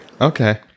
Okay